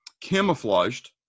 camouflaged